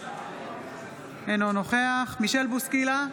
אינו נוכח מישל בוסקילה,